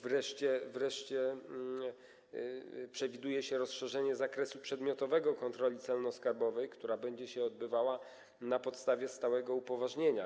Wreszcie przewiduje się rozszerzenie zakresu przedmiotowego kontroli celno-skarbowej, która będzie się odbywała na podstawie stałego upoważnienia.